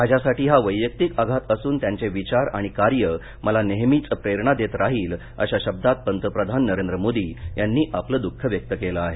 माझ्यासाठी हा वैयक्तिक आघात असून त्यांचे विचार आणि कार्य मला नेहमीच प्रेरणा देत राहील अशा शब्दात पंतप्रधान नरेंद्र मोदी यांनी आपलं द्ःख व्यक्त केलं आहे